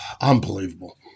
Unbelievable